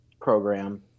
program